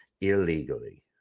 illegally